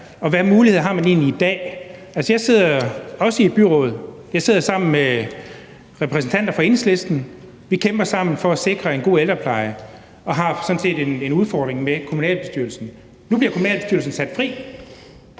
hvilke muligheder har man egentlig i dag? Altså, jeg sidder også i et byråd, hvor jeg sidder sammen med repræsentanter for Enhedslisten, og vi kæmper sammen for at sikre en god ældrepleje og har sådan set en udfordring med kommunalbestyrelsen. Nu bliver kommunalbestyrelsen sat fri.